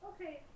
Okay